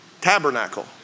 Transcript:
Tabernacle